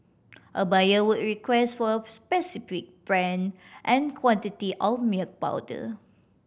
a buyer would request for a specific brand and quantity of milk powder